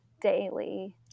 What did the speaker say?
daily